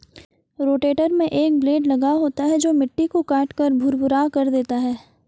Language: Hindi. रोटेटर में एक ब्लेड लगा होता है जो मिट्टी को काटकर भुरभुरा कर देता है